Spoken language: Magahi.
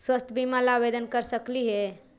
स्वास्थ्य बीमा ला आवेदन कर सकली हे?